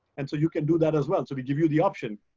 and so you can do that as well. so we give you the option.